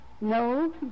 No